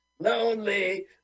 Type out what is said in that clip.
Lonely